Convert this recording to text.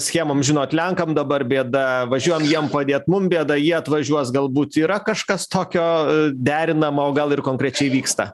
schemom žinot lenkam dabar bėda važiuojam jiem padėt mum bėda jie atvažiuos galbūt yra kažkas tokio derinama o gal ir konkrečiai vyksta